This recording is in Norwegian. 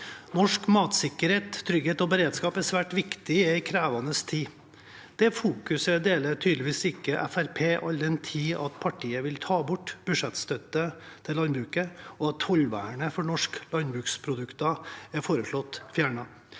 Norsk matsikkerhet, trygghet og beredskap er svært viktig i en krevende tid. Det fokuset deler tydeligvis ikke Fremskrittspartiet, all den tid partiet vil ta bort budsjettstøtte til landbruket, og tollvernet for norske landbruksprodukter er foreslått fjernet.